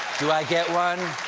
do i get one?